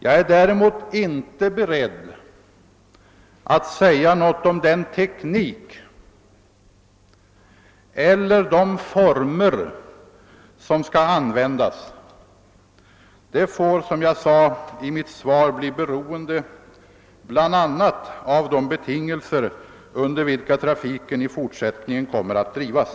Jag är däremot inte beredd att säga någonting om den teknik eller de former som skall användas. Det får, som jag sade i mitt svar, bli beroende bl.a. av de betingelser under vilka trafiken 1 fortsättningen kommer att drivas.